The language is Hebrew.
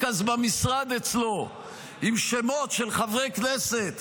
אז במשרד אצלו עם שמות של חברי כנסת,